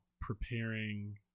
preparing